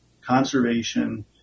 conservation